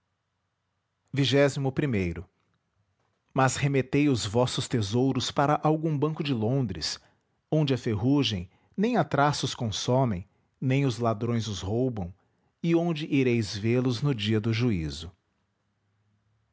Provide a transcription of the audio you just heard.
e as remetei os vossos tesouros para algum banco de londres onde a ferrugem nem a traça os consomem nem os ladrões os roubam e onde ireis vê-los no dia do juízo